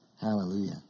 Hallelujah